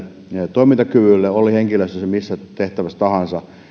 toimintakyvylle oli henkilö missä tehtävässä tahansa